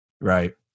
right